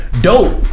dope